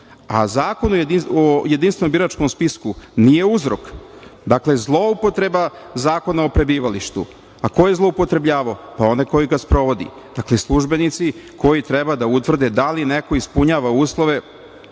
a Zakon o jedinstvenom biračkom spisku nije uzrok. Dakle, zloupotreba Zakona o prebivalištu. A ko je zloupotrebljavao? Pa, onaj ko ga sprovodi. Dakle, službenici koji treba da provere da li neko ispunjava uslove